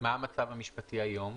מה המצב המשפטי היום?